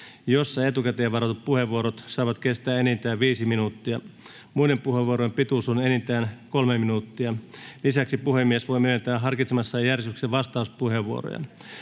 jossa etukäteen varatut puheenvuorot saavat kestää enintään 5 minuuttia. Muiden puheenvuorojen pituus on enintään 3 minuuttia. Lisäksi puhemies voi myöntää harkitsemassaan järjestyksessä vastauspuheenvuoroja.